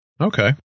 Okay